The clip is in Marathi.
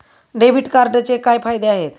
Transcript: डेबिट कार्डचे काय फायदे आहेत?